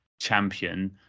champion